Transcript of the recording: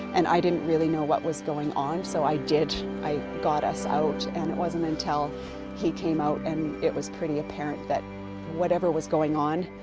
and i didn't really know what was going on. so i did, i got us out. and it wasn't until he came out and it was pretty apparent that whatever was going on,